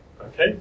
Okay